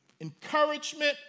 encouragement